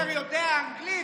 אומר שיודע אנגלית,